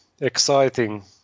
exciting